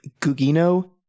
Gugino